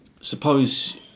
suppose